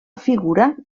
figura